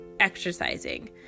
exercising